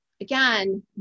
again